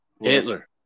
Hitler